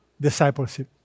discipleship